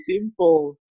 simple